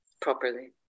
properly